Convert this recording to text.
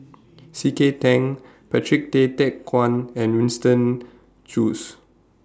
C K Tang Patrick Tay Teck Guan and Winston Choos